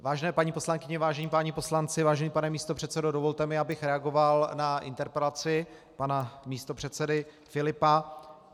Vážené paní poslankyně, vážení páni poslanci, vážený pane místopředsedo, dovolte mi, abych reagoval na interpelaci pana místopředsedy Filipa.